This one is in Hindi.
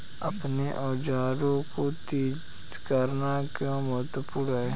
अपने औजारों को तेज करना क्यों महत्वपूर्ण है?